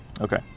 Okay